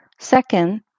Second